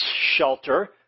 shelter